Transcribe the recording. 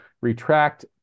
retract